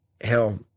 hell